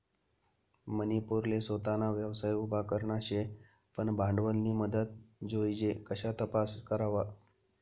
मनी पोरले सोताना व्यवसाय उभा करना शे पन भांडवलनी मदत जोइजे कशा तपास करवा?